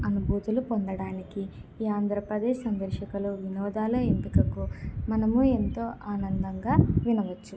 అనుభూతులు పొందడానికి ఈ ఆంధ్రప్రదేశ్ సందర్శకులు వినోదాల ఎంపికకు మనము ఎంతో ఆనందంగా వినవచ్చు